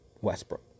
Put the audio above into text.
Westbrook